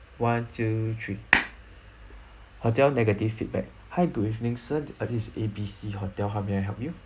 one two three hotel negative feedback hi good evening sir this A B C hotel how may I help you